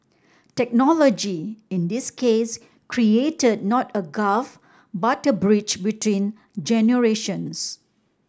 technology in this case created not a gulf but a bridge between generations